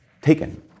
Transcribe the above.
taken